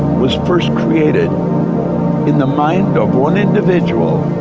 was first created in the mind of one individual,